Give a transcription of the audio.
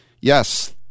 yes